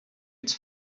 its